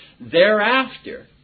thereafter